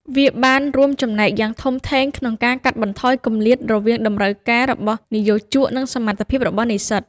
វាបានរួមចំណែកយ៉ាងធំធេងក្នុងការកាត់បន្ថយគម្លាតរវាងតម្រូវការរបស់និយោជក និងសមត្ថភាពរបស់និស្សិត។